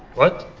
what?